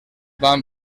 van